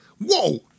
Whoa